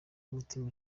umutima